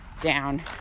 down